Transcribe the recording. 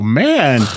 man